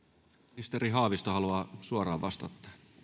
ministeri haavisto haluaa suoraan vastata